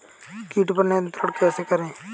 कीट पर नियंत्रण कैसे करें?